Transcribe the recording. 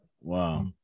Wow